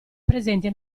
presenti